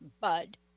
bud